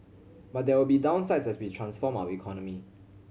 but there will be downsides as we transform our economy